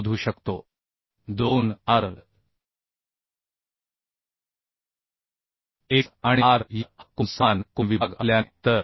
2 Rx आणि R y हा कोन समान कोन विभाग म्हणून शोधू शकतो